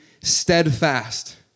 steadfast